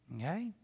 Okay